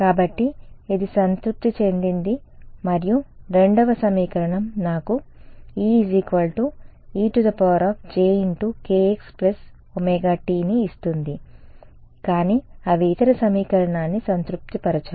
కాబట్టి ఇది సంతృప్తి చెందింది మరియు రెండవ సమీకరణం నాకు E ejkxωt ని ఇస్తుంది కానీ అవి ఇతర సమీకరణాన్ని సంతృప్తిపరచవు